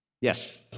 Yes